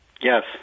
Yes